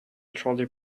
trolley